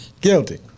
Guilty